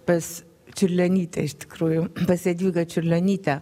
pas čiurlionytę iš tikrųjų pas jadvygą čiurlionytę